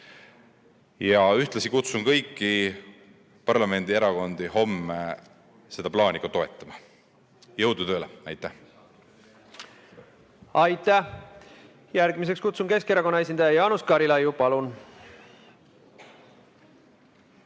Ühtlasi kutsun kõiki parlamendierakondi homme seda plaani toetama. Jõudu tööle! Aitäh! Järgmiseks kutsun Keskerakonna esindaja Jaanus Karilaiu. Palun!